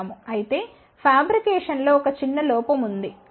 అయితే ఫ్యాబ్రికేషన్ లో ఒక చిన్న లోపం ఉంది